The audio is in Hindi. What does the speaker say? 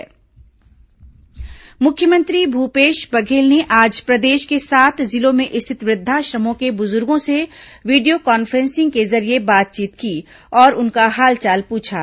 मुख्यमंत्री बुजुर्ग चर्चा मुख्यमंत्री भूपेश बघेल ने आज प्रदेश के सात जिलों में स्थित वृद्धाश्रमों के बुजुर्गो से वीडियो कॉन्फ्रेंसिंग के जरिये बातचीत की और उनका हालचाल पूछा